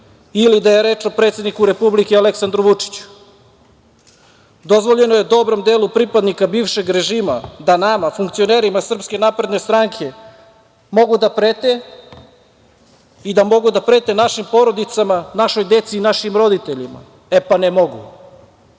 ili da je reč o predsedniku Republike Aleksandru Vučiću. Dozvoljeno je dobrom delu pripadnika bivšeg režima da nama, funkcionerima Srpske napredne stranke, mogu da prete i da mogu da prete našim porodicama, našoj deci i našim roditeljima. E, pa ne mogu.